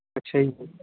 ਅੱਛਾ ਜੀ